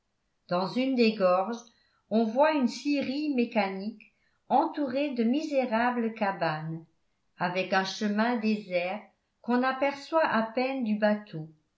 dans une des gorges on voit une scierie mécanique entourée de misérables cabanes avec un chemin désert qu'on aperçoit à peine du bateau